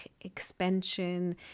expansion